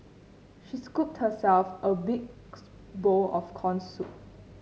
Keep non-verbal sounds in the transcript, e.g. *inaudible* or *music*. she scooped herself a big *unintelligible* bowl of corn soup